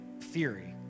theory